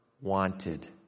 Wanted